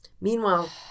Meanwhile